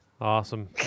Awesome